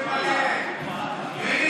תתבייש